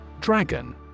Dragon